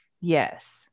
Yes